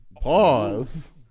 Pause